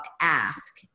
Ask